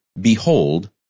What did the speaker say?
behold